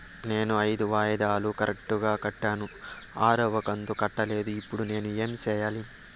నేను ఐదు వాయిదాలు కరెక్టు గా కట్టాను, ఆరవ కంతు కట్టలేదు, ఇప్పుడు నేను ఏమి సెయ్యాలి?